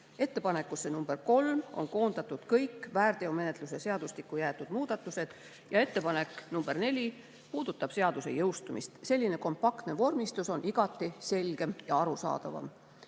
Ettepanekusse nr 3 on koondatud kõik väärteomenetluse seadustikku jäetud muudatused. Ettepanek nr 4 puudutab seaduse jõustumist. Selline kompaktne vormistus on igati selgem ja arusaadavam.